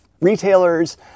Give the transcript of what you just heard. retailers